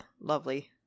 lovely